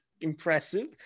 Impressive